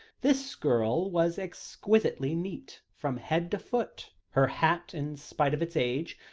this girl was exquisitely neat from head to foot. her hat, in spite of its age,